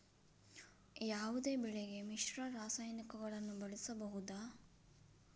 ಯಾವುದೇ ಬೆಳೆಗೆ ಮಿಶ್ರ ರಾಸಾಯನಿಕಗಳನ್ನು ಬಳಸಬಹುದಾ?